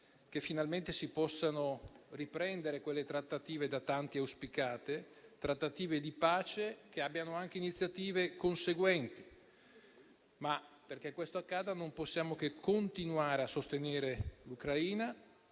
che finalmente si possano riprendere quelle trattative di pace, da tanti auspicate, che abbiano anche iniziative conseguenti. Perché questo accada, non possiamo che continuare a sostenere l'Ucraina,